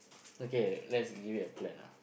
okay let's give it a plan ah